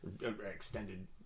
extended